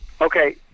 Okay